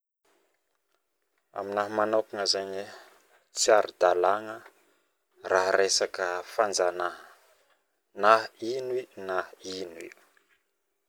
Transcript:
Aminahy manokana zaigny e tsy aradalagna rah resaka fanjanahagna na ino io na ino io